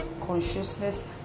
consciousness